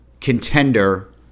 contender